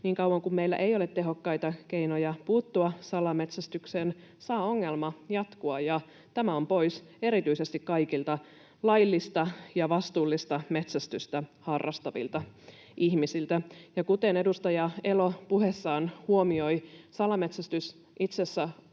Niin kauan kuin meillä ei ole tehokkaita keinoja puuttua salametsästykseen, saa ongelma jatkua, ja tämä on pois erityisesti kaikilta laillista ja vastuullista metsästystä harrastavilta ihmisiltä. Ja kuten edustaja Elo puheessaan huomioi, salametsästys itse asiassa